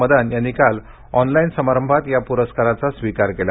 मदान यांनी काल ऑनलाईन समारंभात या प्रस्काराचा स्वीकार केला